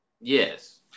Yes